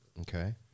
Okay